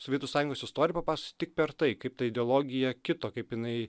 sovietų sąjungos istoriją papasakoti tik per tai kaip ta ideologija kito kaip jinai